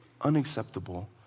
Unacceptable